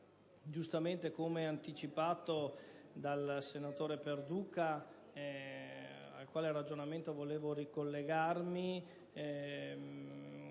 giustamente anticipato dal senatore Perduca, al cui ragionamento volevo ricollegarmi,